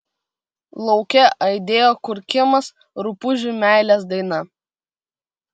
lauke aidėjo kurkimas rupūžių meilės daina